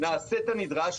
נעשה את הנדרש.